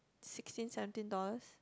sixteen seventeen dollars